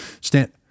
stand